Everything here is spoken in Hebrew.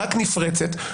רק נפרצת,